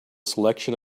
selection